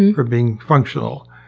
and for being functional.